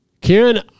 Kieran